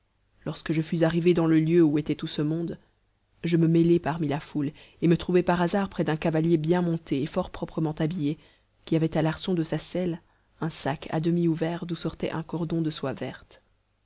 lorsque je fus arrivé dans le lieu où était tout ce monde je me mêlai parmi la foule et me trouvai par hasard près d'un cavalier bien monté et fort proprement habillé qui avait à l'arçon de sa selle un sac à demi ouvert d'où sortait un cordon de soie verte